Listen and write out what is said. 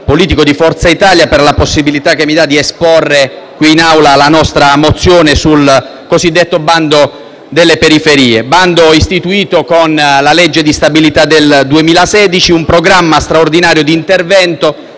politico Forza Italia per la possibilità che mi dà di illustrare in Aula la nostra mozione sul cosiddetto bando per le periferie. Il bando è stato istituito con la legge di stabilità del 2016, che prevede un programma straordinario di intervento